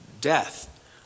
death